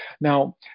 Now